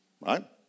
Right